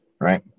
right